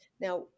now